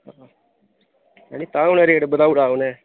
हां ऐ निं तां उ'नें रेट बधाई ओड़ा उ'नें